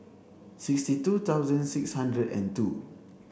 sixty two thousand six hundred and two